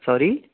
sorry